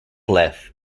left